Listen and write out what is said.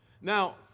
Now